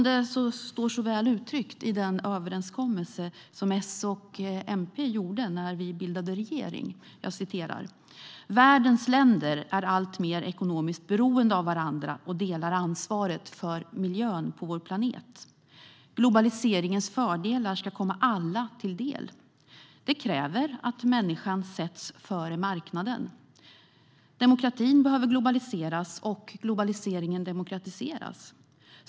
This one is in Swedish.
Detta står väl uttryckt i den överenskommelse som S och MP gjorde när vi bildade regering: "Världens länder är allt mer ekonomiskt beroende av varandra och delar ansvaret för miljön på vår planet. Globaliseringens fördelar ska komma alla till del. Det kräver att människan sätts före marknaden. Demokratin behöver globaliseras och globaliseringen demokratiseras.